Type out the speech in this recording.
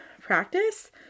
practice